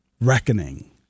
Reckoning